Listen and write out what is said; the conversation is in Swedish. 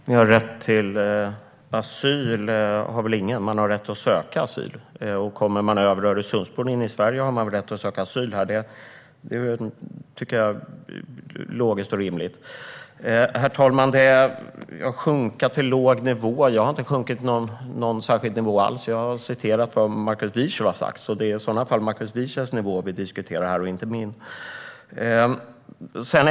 Herr talman! Rätt till asyl har väl ingen, men man har rätt att söka asyl. Om man kommer över Öresundsbron in i Sverige har man rätt att söka asyl här - det tycker jag är logiskt och rimligt. Herr talman! När det gäller att sjunka till låg nivå har jag inte sjunkit till någon särskild nivå alls. Jag har citerat vad Markus Wiechel har sagt, och i så fall är det hans nivå vi diskuterar här, inte min.